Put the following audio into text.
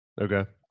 Okay